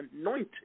anointed